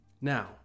now